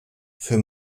für